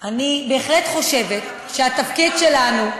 אני, בהחלט, חושבת שהתפקיד שלנו,